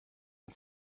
uns